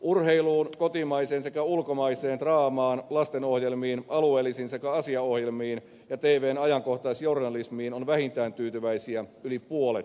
urheiluun kotimaiseen sekä ulkomaiseen draamaan lastenohjelmiin alueellisiin sekä asiaohjelmiin ja tvn ajankohtaisjournalismiin on vähintään tyytyväisiä yli puolet suomalaisista